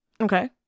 Okay